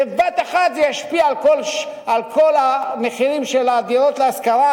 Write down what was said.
בבת אחת זה ישפיע על כל המחירים של הדירות להשכרה,